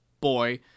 boy